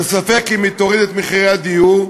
וספק אם היא תוריד את מחירי הדיור,